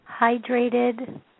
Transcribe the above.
hydrated